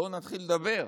בואו נתחיל לדבר.